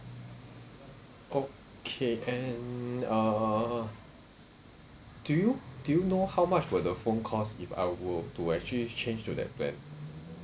okay and uh do you do you know how much were the phone calls if I were to actually change to that plan